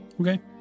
Okay